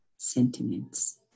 Sentiments